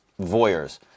voyeurs